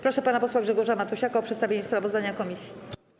Proszę pana posła Grzegorza Matusiaka o przedstawienie sprawozdania komisji.